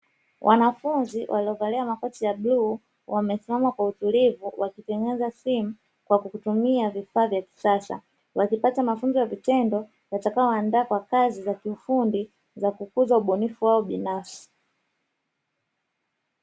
Wanafunzi walio valia makoti ya bluu wamesimama kwa utulivu wakitengeneza simu kwa kutumia vifaa vya kisasa, wakipata mafunzo ya vitendo yatakayo waanda kwa kazi za kiufundi za kukuza ubunifu wao binafsi.